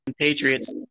Patriots